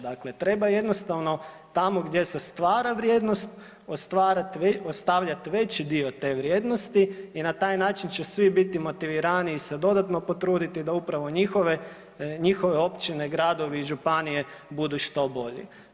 Dakle, treba jednostavno tamo gdje se stvara vrijednost ostavljat veći dio te vrijednosti i na taj način će svi biti motiviraniji se dodatno potruditi da upravo njihove općine, gradovi, županije budu što bolji.